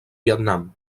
vietnam